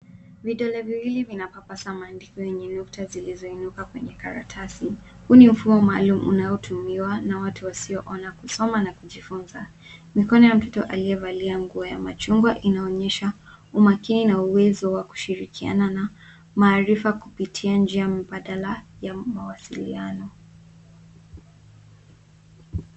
Vidole viwili vinapapasa maandiko yenye nukta zilizoinuka kwenye karatasi. Huu ni mfumo maalum unaotumiwa na watu wasioona, kusoma na kujifunza. Mikono ya mtoto aliyevalia nguo ya machungwa inaonyesha umakini na uwezo wa kushirikiana na maarifa kupitia njia mbadala ya mawasiliano.